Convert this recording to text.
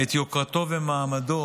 את יוקרתו ומעמדו